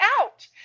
out